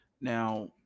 Now